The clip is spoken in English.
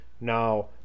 now